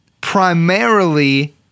primarily